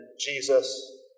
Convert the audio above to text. Jesus